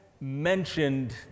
mentioned